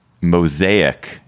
Mosaic